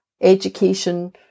education